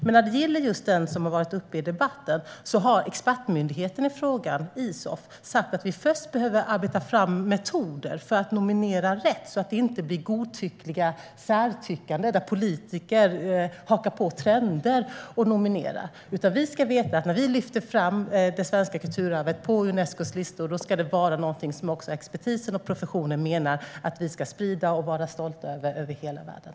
Men när det gäller just den som har varit uppe i debatten har expertmyndigheten i fråga, Isof, sagt att vi först behöver arbeta fram metoder för att nominera rätt, så att det inte blir godtyckligt och där politiker hakar på trender och nominerar. Vi ska veta att när vi lyfter fram det svenska kulturarvet på Unescos listor ska det vara någonting som också expertisen och professionen menar att vi ska sprida och vara stolta över i hela världen.